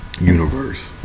universe